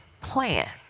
plan